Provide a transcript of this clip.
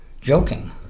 joking